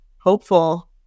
hopeful